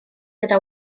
gyda